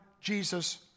Jesus